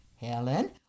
helen